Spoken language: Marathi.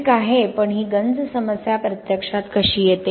ठीक आहे पण ही गंज समस्या प्रत्यक्षात कशी येते